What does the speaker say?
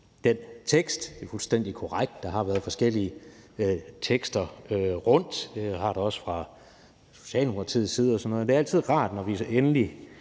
Det er fuldstændig korrekt, at der har været sendt forskellige tekster rundt. Det har der også fra Socialdemokratiets side og sådan noget. Det er altid rart, når vi endelig